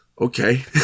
okay